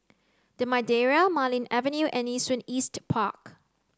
the Madeira Marlene Avenue and Nee Soon East Park